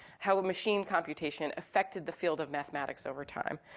how ah machine computation affected the field of mathematics over time.